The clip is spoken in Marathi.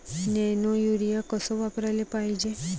नैनो यूरिया कस वापराले पायजे?